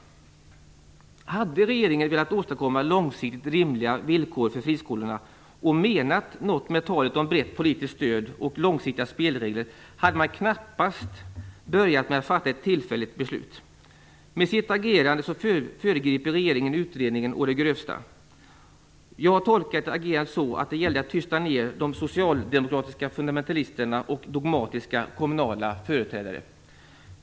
Hade regeringen velat åstadkomma långsiktigt rimliga villkor för friskolorna och menat något med talet om brett politiskt stöd och långsiktiga spelregler hade man knappast börjat med att fatta ett tillfälligt beslut. Med sitt agerande föregriper regeringen utredningens resultat å det grövsta. Jag har tolkat agerandet så att det gällde att tysta ned de socialdemokratiska fundamentalisterna och dogmatiska kommunala företrädare.